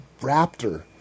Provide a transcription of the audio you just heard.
raptor